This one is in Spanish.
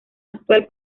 actual